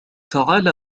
تعال